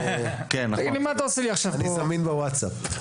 אני זמין בווטסאפ.